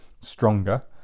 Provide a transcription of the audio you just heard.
stronger